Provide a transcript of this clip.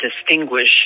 distinguish